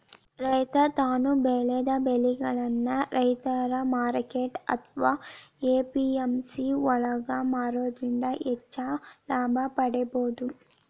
ರೈತ ತಾನು ಬೆಳೆದ ಬೆಳಿಗಳನ್ನ ರೈತರ ಮಾರ್ಕೆಟ್ ಅತ್ವಾ ಎ.ಪಿ.ಎಂ.ಸಿ ಯೊಳಗ ಮಾರೋದ್ರಿಂದ ಹೆಚ್ಚ ಲಾಭ ಪಡೇಬೋದು